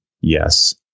Yes